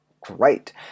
Great